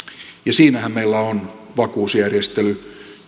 siinähän meillä on vakuusjärjestely